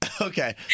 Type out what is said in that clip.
Okay